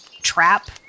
trap